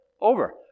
Over